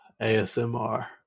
ASMR